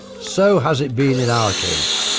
so has it been in our case.